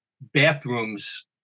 bathrooms